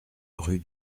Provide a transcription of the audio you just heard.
rue